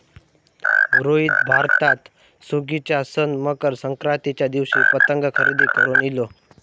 रोहित भारतात सुगीच्या सण मकर संक्रांतीच्या दिवशी पतंग खरेदी करून इलो